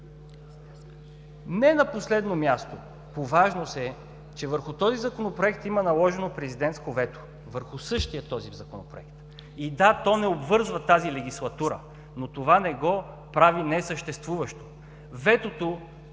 Не на последно място по важност е, че върху този Законопроект има наложено президентско вето, върху същия този Законопроект. И да, то не обвързва тази легислатура, но това не го прави несъществуващо. Ветото